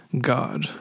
God